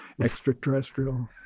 extraterrestrial